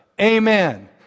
Amen